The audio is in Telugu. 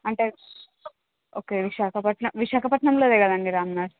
అంటే ఓకే విశాఖపట్నం విశాఖపట్నంలో కదండి రామనాద్